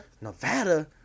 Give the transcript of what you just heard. Nevada